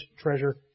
treasure